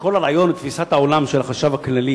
שכל הרעיון ותפיסת העולם של החשב הכללי